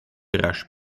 rasch